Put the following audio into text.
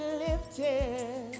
lifted